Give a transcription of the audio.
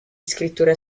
scrittura